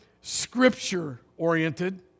Scripture-oriented